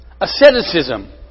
Asceticism